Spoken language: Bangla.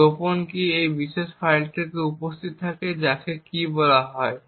তাই গোপন কী এই বিশেষ ফাইলটিতে উপস্থিত থাকে যাকে কী বলা হয়